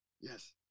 Yes